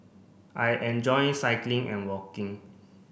I enjoy cycling and walking